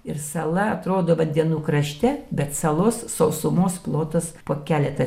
ir sala atrodo vandenų krašte bet salos sausumos plotas po keletą